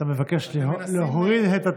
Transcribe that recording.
אתה ראית,